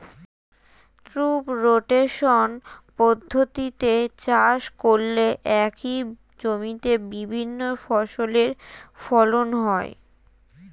crop rotation পদ্ধতিতে চাষ করলে একই জমিতে বিভিন্ন ফসলের ফলন হয়